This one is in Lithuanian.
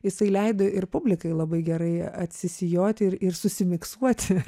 jisai leido ir publikai labai gerai atsisijoti ir ir susimiksuoti